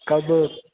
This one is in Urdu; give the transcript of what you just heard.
کب